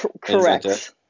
Correct